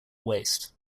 waste